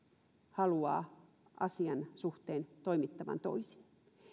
haluaa asian suhteen toimittavan toisin